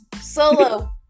solo